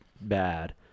bad